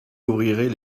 ouvrirez